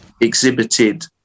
exhibited